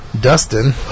Dustin